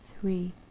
Three